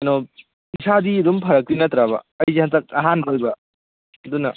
ꯀꯩꯅꯣ ꯏꯁꯥꯗꯤ ꯑꯗꯨꯝ ꯐꯔꯛꯇꯣꯏ ꯅꯠꯇ꯭ꯔꯕ ꯑꯩꯁꯦ ꯍꯟꯗꯛ ꯑꯍꯥꯟꯕ ꯑꯣꯏꯕ ꯑꯗꯨꯅ